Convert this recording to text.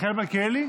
מלכיאלי,